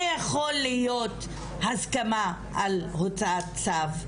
זה יכול להיות הסכמה על הוצאת צו,